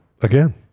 again